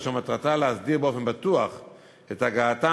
אשר מטרתה להסדיר באופן בטוח את הגעתם